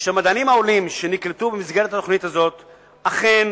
שהמדענים העולים שנקלטו במסגרת התוכנית הזאת אכן